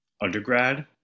undergrad